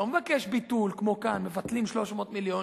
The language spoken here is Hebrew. לא מבקש ביטול, כמו כאן, מבטלים 300 מיליון,